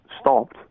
stopped